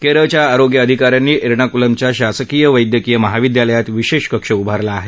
केरळच्या आरोग्य अधिकाऱ्यांनी एर्नाकूलमच्या शासकीय वैद्यकीय महाविद्यालयात विशेष कक्ष उभारला आहे